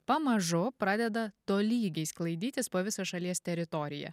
pamažu pradeda tolygiai sklaidytis po visą šalies teritoriją